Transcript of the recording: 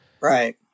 Right